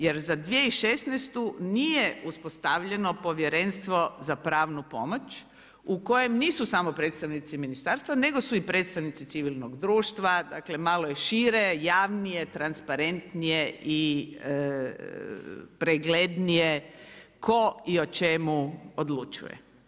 Jer, za 2016. nije uspostavljeno Povjerenstvo za pravnu pomoć u kojem nisu samo predstavnici ministarstva, nego su i predstavnici civilnog društva, dakle, malo je šire, javnije, transparentnije i preglednije tko i o čemu odlučuje.